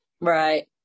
Right